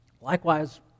Likewise